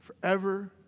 forever